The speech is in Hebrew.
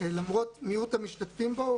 למרות מיעוט המשתתפים בו,